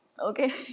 Okay